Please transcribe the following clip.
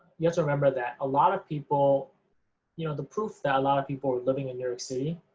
you have to remember that a lot of people you know the proof that a lot of people were living in new york city